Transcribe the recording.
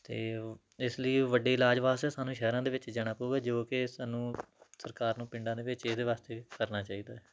ਅਤੇ ਇਸ ਲਈ ਵੱਡੇ ਇਲਾਜ ਵਾਸਤੇ ਸਾਨੂੰ ਸ਼ਹਿਰਾਂ ਦੇ ਵਿੱਚ ਜਾਣਾ ਪਊਗਾ ਜੋ ਕਿ ਸਾਨੂੰ ਸਰਕਾਰ ਨੂੰ ਪਿੰਡਾਂ ਦੇ ਵਿੱਚ ਇਹਦੇ ਵਾਸਤੇ ਕਰਨਾ ਚਾਹੀਦਾ